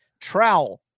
Trowel